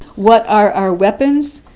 what are our weapons?